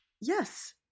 Yes